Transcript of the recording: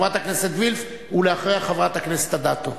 חברת הכנסת וילף, ואחריה - חברת הכנסת אדטו.